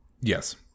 Yes